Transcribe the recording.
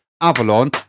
Avalon